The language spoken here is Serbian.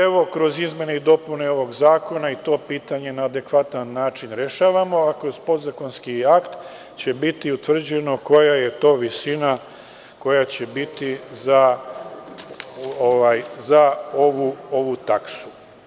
Evo, kroz izmene i dopune ovog zakona i to pitanje na adekvatan način rešavamo, a kroz podzakonski akt će biti utvrđeno koja je to visina koja će biti za ovu taksu.